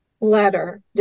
letter